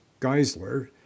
Geisler